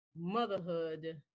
motherhood